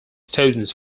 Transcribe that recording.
students